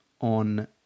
on